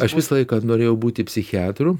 aš visą laiką norėjau būti psichiatru